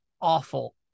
awful